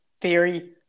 theory